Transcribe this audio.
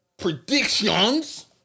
predictions